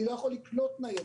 אני לא יכול לקנות ניידת.